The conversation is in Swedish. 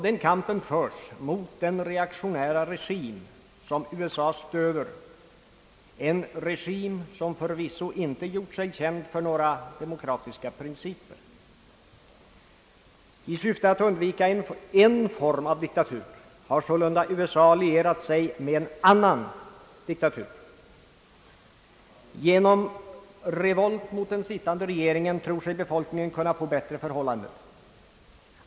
Den kampen förs mot den reaktionära regim som USA stöder, en regim som förvisso inte gjort sig känd för några demokratiska principer. I syfte att undvika en form av diktatur har sålunda USA lierat sig med en annan diktatur. Genom revolt mot den sittande regeringen tror sig befolkningen kunna nå bättre förhållanden.